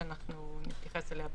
שאנחנו נתייחס אליה בהמשך.